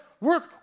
work